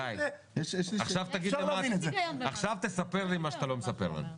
גיא, עכשיו תספר לי מה שאתה לא מספר לנו.